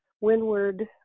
windward